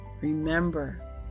Remember